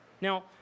Now